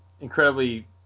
incredibly